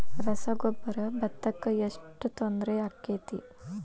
ರಸಗೊಬ್ಬರ, ಭತ್ತಕ್ಕ ಎಷ್ಟ ತೊಂದರೆ ಆಕ್ಕೆತಿ?